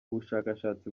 bushakashatsi